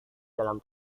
dalam